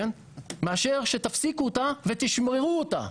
מאשר שתפסיקו אותן ותשמרו אותה,